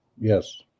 yes